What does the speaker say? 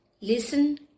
listen